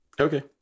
Okay